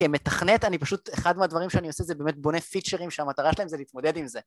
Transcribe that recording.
מתכנת אני פשוט אחד מהדברים שאני עושה זה באמת בונה פיצ'רים שהמטרה שלהם זה להתמודד עם זה